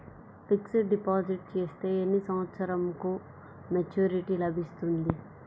Fixed deposit చేస్తే ఎన్ని సంవత్సరంకు మెచూరిటీ లభిస్తుంది?